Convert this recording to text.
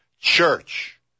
Church